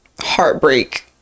heartbreak